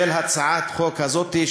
של הצעת החוק הזאת.